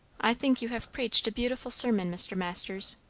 i think you have preached a beautiful sermon, mr. masters.